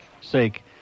Sake